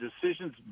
decisions